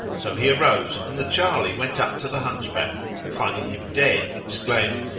so he arose and the charley went up to the hunchback and finding him dead, exclaimed,